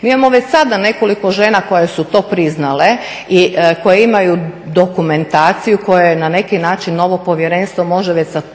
Mi imamo već sada nekoliko žena koje su to priznale i koje imaju dokumentaciju koja je na neki način novo Povjerenstvo može već sa tom